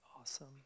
Awesome